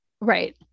Right